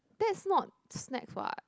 that's not snacks what